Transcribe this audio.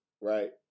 right